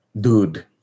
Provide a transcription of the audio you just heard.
dude